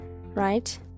right